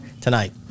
tonight